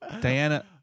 Diana